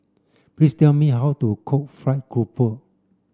please tell me how to cook fried grouper